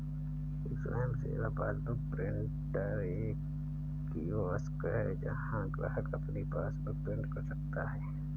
एक स्वयं सेवा पासबुक प्रिंटर एक कियोस्क है जहां ग्राहक अपनी पासबुक प्रिंट कर सकता है